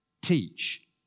teach